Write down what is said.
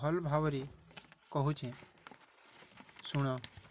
ଭଲ ଭାବରେ କହୁଛି ଶୁଣ